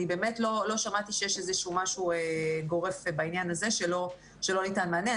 אני באמת לא שמעתי שיש איזה שהוא משהו גורף בעניין הזה שלא ניתן מענה,